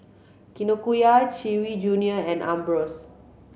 Kinokuniya Chewy Junior and Ambros